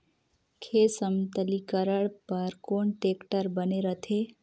खेत समतलीकरण बर कौन टेक्टर बने रथे?